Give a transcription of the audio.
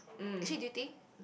actually do you think